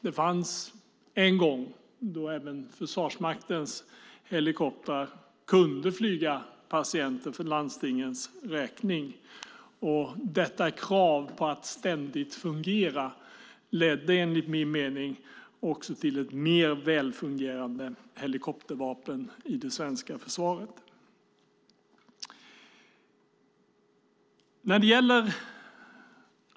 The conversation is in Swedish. En gång kunde även Försvarsmaktens helikoptrar flyga patienter för landstingens räkning, och detta krav på att ständigt fungera ledde enligt min mening också till ett mer välfungerande helikoptervapen i det svenska försvaret.